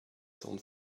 don‘t